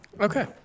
Okay